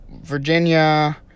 Virginia